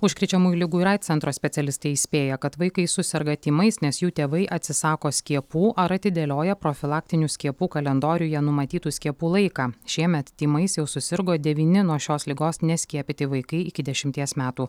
užkrečiamųjų ligų ir aids centro specialistai įspėja kad vaikai suserga tymais nes jų tėvai atsisako skiepų ar atidėlioja profilaktinių skiepų kalendoriuje numatytų skiepų laiką šiemet tymais jau susirgo devyni nuo šios ligos neskiepyti vaikai iki dešimties metų